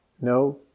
No